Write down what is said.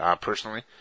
personally